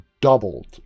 doubled